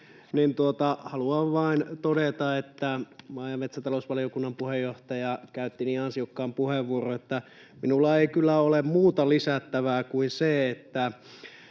haluan vain todeta, että maa- ja metsätalousvaliokunnan puheenjohtaja käytti niin ansiokkaan puheenvuoron, että minulla ei kyllä ole muuta lisättävää kuin se, että